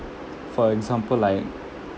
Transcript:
for example like